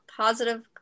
positive